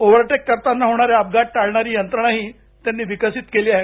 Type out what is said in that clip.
ओव्होरटे करताना होणारे अपघात टाळणारी यंत्रणाही त्यांनी विकसित केली आहे